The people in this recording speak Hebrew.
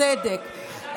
ובצדק,